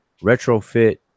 retrofit